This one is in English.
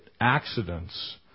accidents